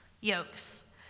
yokes